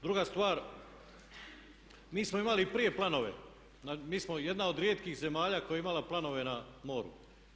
Druga stvar, mi smo imali prije planove, mi smo jedna od rijetkih zemalja koja je imala planove na moru.